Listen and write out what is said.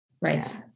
right